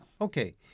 Okay